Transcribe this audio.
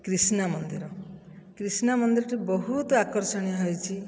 କ୍ରୀଷ୍ଣା ମନ୍ଦିର କ୍ରୀଷ୍ଣା ମନ୍ଦିରଟି ବହୁତ ଆକର୍ଷଣୀୟ ହୋଇଛି